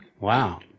Wow